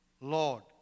Lord